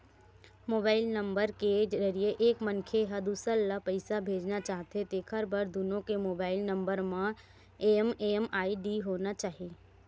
mobile number के जरिए एक मनखे ह दूसर ल पइसा भेजना चाहथे तेखर बर दुनो के मोबईल नंबर म एम.एम.आई.डी होना चाही